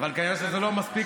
אבל כנראה שזה לא מספיק,